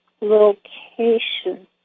location